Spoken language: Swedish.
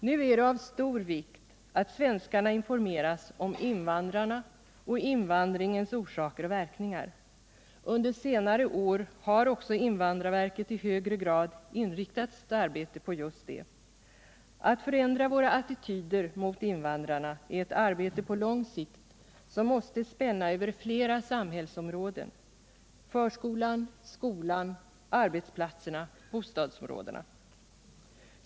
Nu är det av stor vikt att svenskarna informeras om invandrarna och invandringens orsaker och verkningar. Under senare år har också invandrarverket i högre grad inriktat sitt arbete på just detta. Att förändra våra attityder mot invandrarna är ett arbete på lång sikt som måste spänna över flera samhällsområden — förskolan, skolan, arbetsplatserna och bostäderna.